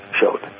showed